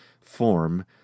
form